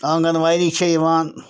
آنٛگَنواری چھےٚ یِوان